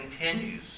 continues